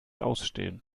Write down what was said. ausstehen